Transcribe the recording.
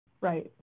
right